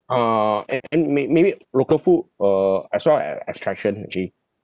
err and and may~ maybe local food err as well as attraction actually